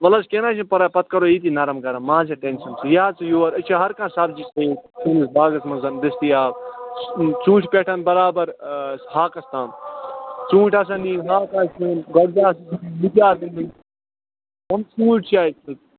وَلہٕ حظ کیٚنٛہہ نَہ حظ چھُنہٕ پرواے پَتہٕ کَروییٚتی نَرمَ گرم ما حظ ہے ٹٮ۪نشن ژٕ یہِ حظ ژٕ یور أسۍ چھِ ہر کانٛہہ سبزی چھِ ییٚتہِ سٲنِس باغس منٛز دٔستِیاب ژوٗنٛٹھۍ پٮ۪ٹھ بَرابر ہاکَس تام ژوٗنٛٹھۍ آسان نِنۍ ہاک آسہِ نیُن گۄگجہٕ آسن نِنۍ مُجہٕ آسن نِنۍ ژوٗنٛٹھۍ چھِ اَسہِ